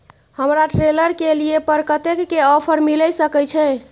हमरा ट्रेलर के लिए पर कतेक के ऑफर मिलय सके छै?